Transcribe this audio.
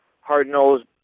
hard-nosed